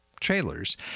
trailers